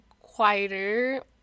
quieter